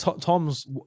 Tom's